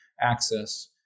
access